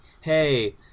Hey